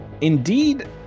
Indeed